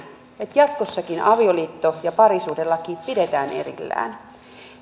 että jatkossakin avioliitto ja parisuhdelaki pidetään erillään